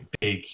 big